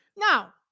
Now